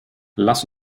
lass